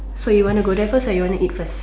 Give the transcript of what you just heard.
so you want to go there first or you want to eat first